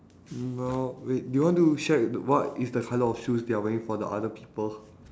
mm well wait do you want to shared what is the colour of shoes they are wearing for the other people